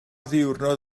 ddiwrnod